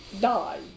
die